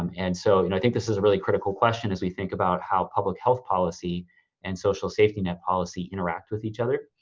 um and so, i you know think this is a really critical question as we think about how public health policy and social safety net policy interact with each other.